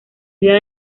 idea